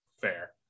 fair